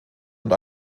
und